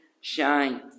shine